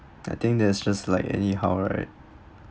I think that's just like anyhow right